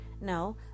No